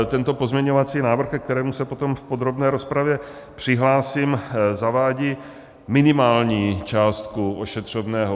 Tento pozměňovací návrh, ke kterému se potom v podrobné rozpravě přihlásím, zavádí minimální částku ošetřovného.